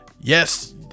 yes